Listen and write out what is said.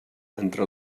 entre